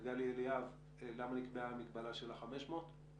את גלי אליאב, למה נקבעה המגבלה של ה-500.